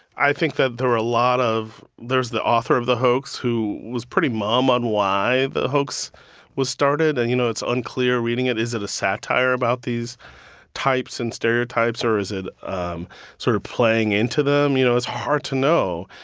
i think that there were a lot of there's the author of the hoax, who was pretty mum on why the hoax was started. and, you know, it's unclear reading it, is it a satire about these types and stereotypes, or is it um sort of playing into them? you know, it's hard to know.